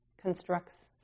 constructs